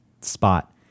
spot